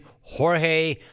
Jorge